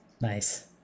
nice